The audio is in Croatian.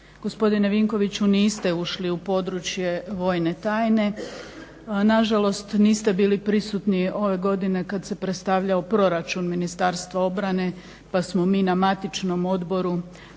gospodine Vinkoviću niste ušli u područje vojne tajne, nažalost niste bili prisutni ove godine kad se predstavljao Proračun Ministarstva obrane pa smo mi na matičnom odboru